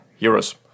euros